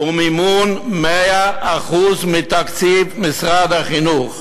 ובמימון ב-100% מתקציב משרד החינוך.